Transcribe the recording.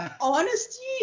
honesty